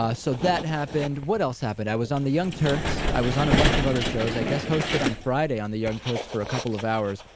ah so that happened, what else happened? i was on the young turks. i was on a bunch of other shows. i guest-hosted on friday on the young turks for a couple of hours.